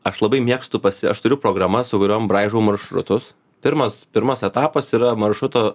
aš labai mėgstu pasi aš turiu programas su kuriom braižau maršrutus pirmas pirmas etapas yra maršruto